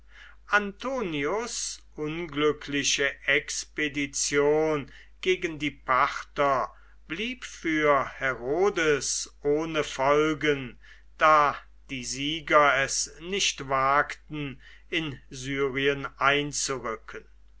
antonius unglückliche expedition gegen die parther blieb für herodes ohne folgen da die sieger es nicht wagten in syrien einzurücken